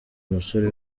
umusore